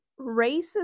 racist